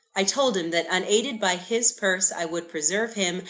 i told him that, unaided by his purse, i would preserve him,